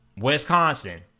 Wisconsin